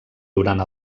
durant